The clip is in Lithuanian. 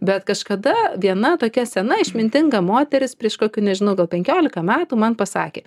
bet kažkada viena tokia sena išmintinga moteris prieš kokių nežinau gal penkiolika metų man pasakė